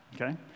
Okay